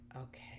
okay